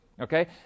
okay